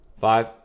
Five